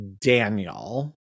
Daniel